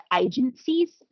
agencies